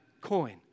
coin